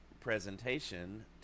presentation